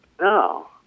No